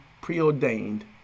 preordained